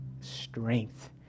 strength